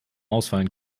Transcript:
ausfallen